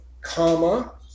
comma